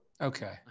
Okay